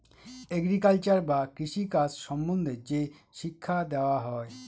agriculture বা কৃষি কাজ সম্বন্ধে যে শিক্ষা দেওয়া হয়